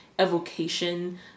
evocation